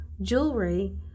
jewelry